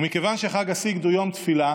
ומכיוון שחג הסיגד הוא יום תפילה